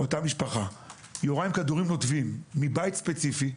אותה משפחה יורה עם כדורים נותבים מבית ספציפי.